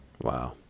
Wow